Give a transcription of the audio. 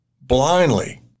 blindly